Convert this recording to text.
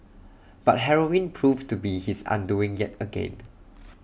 but heroin proved to be his undoing yet again